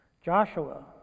Joshua